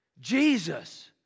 Jesus